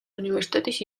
უნივერსიტეტის